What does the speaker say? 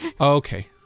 Okay